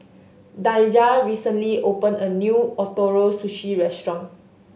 Daija recently opened a new Ootoro Sushi Restaurant